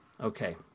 Okay